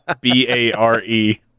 B-A-R-E